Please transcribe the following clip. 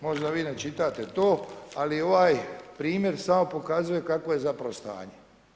Možda vi ne čitate to ali ovaj primjer samo pokazuje kako je zapravo stanje.